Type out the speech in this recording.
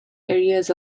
areas